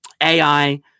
AI